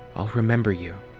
i'll remember you,